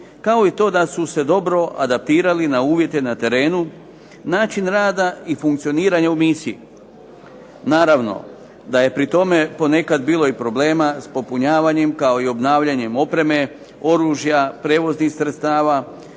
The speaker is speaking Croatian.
kao i to da su se dobro adaptirali na uvjete na terenu, način rada i funkcioniranje u misiji. Naravno da je pri tome ponekad bilo i problema s popunjavanjem kao i obnavljanjem opreme, oružja, prijevoznih sredstava,